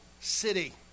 city